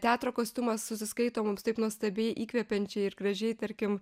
teatro kostiumas susiskaito mums taip nuostabiai įkvepiančiai ir gražiai tarkim